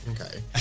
Okay